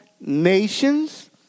nations